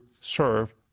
serve